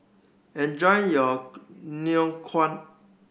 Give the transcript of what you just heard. enjoy your ngoh kuang